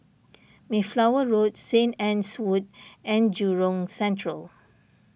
Mayflower Road Saint Anne's Wood and Jurong Central